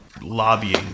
lobbying